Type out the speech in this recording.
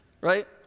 Right